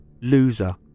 Loser